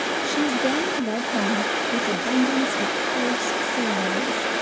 she is then led home, with abundance of coarse ceremonies,